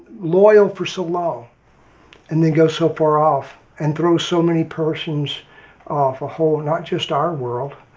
loyal for so long and then go so far off and throw so many persons off a whole, not just our world,